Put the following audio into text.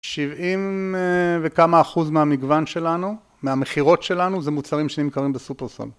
שבעים וכמה אחוז מהמגוון שלנו, מהמכירות שלנו, זה מוצרים שנמכרים בסופרסול.